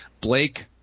Blake